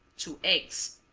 two eggs